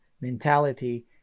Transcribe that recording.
mentality